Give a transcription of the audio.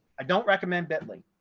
i don't recommend bitly.